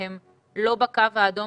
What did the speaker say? והם לא בקו האדום